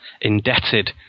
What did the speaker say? indebted